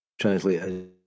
Translate